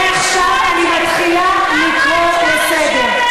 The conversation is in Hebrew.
מעכשיו אני מתחילה לקרוא לסדר.